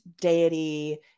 deity